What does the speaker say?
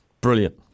Brilliant